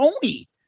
Tony